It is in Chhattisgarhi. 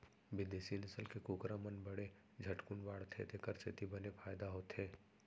बिदेसी नसल के कुकरा मन बने झटकुन बाढ़थें तेकर सेती बने फायदा होथे